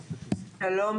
שלום,